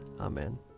Amen